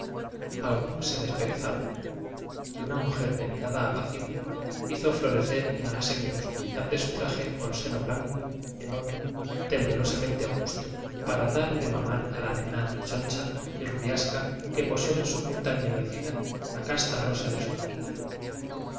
alguno se desperezaba y una mujer de mi rada apacible hizo florecer en la semiobscuridad de su traje con seno blanco enor me temblorosamente augusto para dar de mamar a a nena rechoncha y rubiasca que posó en su punta ennegrecida la casta rosa de su boquita